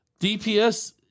DPS